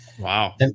Wow